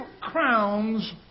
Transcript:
crowns